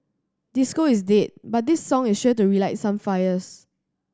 disco is dead but this song is sure to relight some fires